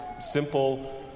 simple